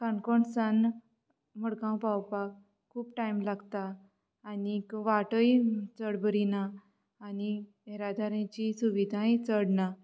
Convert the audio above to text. काणकोण सान मडगांव पावपाक खूब टायम लागता आनीक वाटय चड बरी ना आनी येरादारायची सुविधाय चड ना